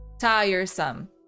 tiresome